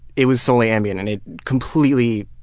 it was solely ambien. and it completely